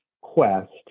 quest